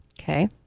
okay